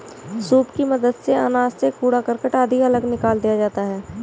soup की मदद से अनाज से कूड़ा करकट आदि अलग निकाल दिया जाता है